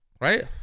Right